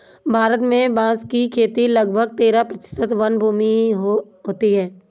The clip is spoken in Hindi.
भारत में बाँस की खेती लगभग तेरह प्रतिशत वनभूमि में होती है